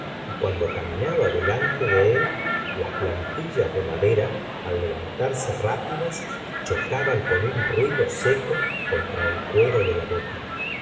y cuando caminaba delante de él las plantillas de madera al levantarse rápidas chocaban con un ruido seco contra el cuero de la botina